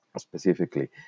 specifically